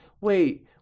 wait